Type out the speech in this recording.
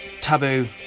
Taboo